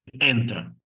enter